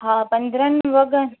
हा पंद्रहं वॻनि